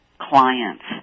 clients